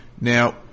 Now